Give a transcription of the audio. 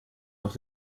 noch